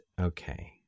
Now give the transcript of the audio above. Okay